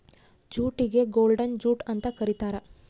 ಜೂಟಿಗೆ golden jute ಅಂತ ಕರೀತಾರ